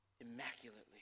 immaculately